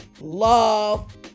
love